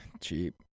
Cheap